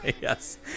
Yes